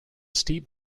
steep